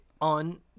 on